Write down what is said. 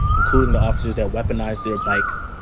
including the officers that weaponized their bikes.